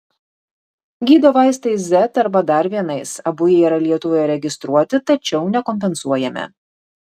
gydo vaistais z arba dar vienais abu jie yra lietuvoje registruoti tačiau nekompensuojami